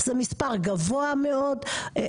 זה מספר גבוה מאוד,